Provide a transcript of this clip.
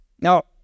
Now